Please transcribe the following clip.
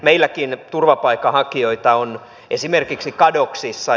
meilläkin turvapaikanhakijoita on esimerkiksi kadoksissa